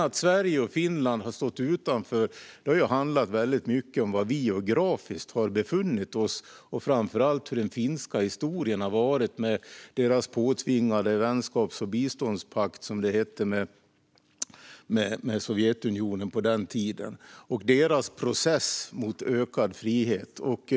Att Sverige och Finland stått utanför har väldigt mycket handlat om var vi befinner oss geografiskt och framför allt hur den finska historien varit med landets påtvingade vänskaps och biståndspakt, som det hette, med Sovjetunionen på den tiden och dess process mot ökad frihet.